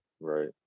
Right